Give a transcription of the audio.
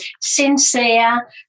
sincere